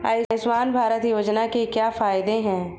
आयुष्मान भारत योजना के क्या फायदे हैं?